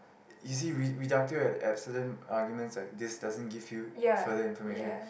easy re~ reductio ad absurdum arguments like this doesn't give you further information